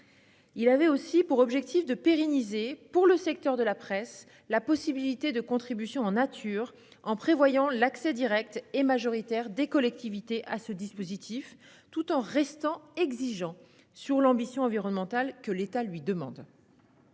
Il avait aussi pour objectif de pérenniser, pour le secteur de la presse, la possibilité de contributions en nature, en prévoyant l'accès direct et majoritaire des collectivités à ce dispositif tout en restant exigeant sur l'ambition environnementale fixée par l'État dans